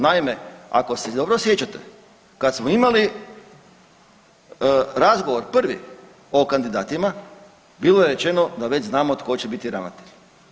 Naime, ako se dobro sjećate, kad smo imali razgovor prvi o kandidatima, bilo je rečeno da već znamo tko će biti ravnatelj.